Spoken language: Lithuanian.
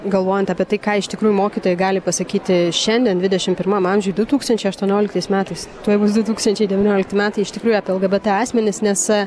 galvojant apie tai ką iš tikrųjų mokytojai gali pasakyti šiandien dvidešimt pirmam amžiuj du tūkstančiai aštuoniolktais metais tuoj bus du tūkstančiai devyniolikti metai iš tikrųjų lgbt asmenis nes